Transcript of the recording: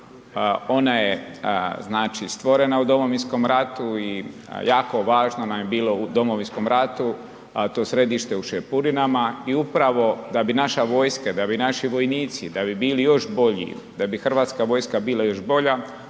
ona je stvorena u Domovinskom ratu i jako važno nam je bilo u Domovinskom ratu to središte u Šepurinama. I upravo da bi naša vojska, da bi naši vojnici bili još bolji, da bi Hrvatska vojska bila još bolja